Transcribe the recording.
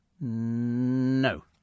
no